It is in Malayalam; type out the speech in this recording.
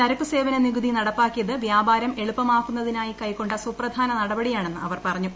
ചരക്കു സേവന നികുതി നടപ്പാക്കിയത് വ്യാപാരം എളുപ്പമാക്കുന്നതിനായി കൈക്കൊ സുപ്രധാന നടപടിയാണെന്ന് അവർ പറഞ്ഞു